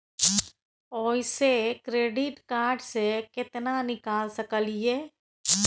ओयसे credit card से केतना निकाल सकलियै?